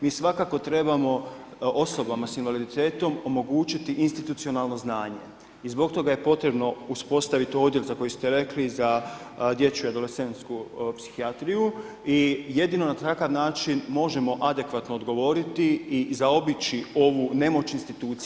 Mi svakako trebamo osobama s invaliditetom omogućiti institucionalno znanje i zbog toga je potrebno uspostaviti odjel za koji ste rekli za dječju adolescentsku psihijatriju i jedno na takav način možemo adekvatno odgovoriti i zaobići nemoć institucije.